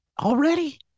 already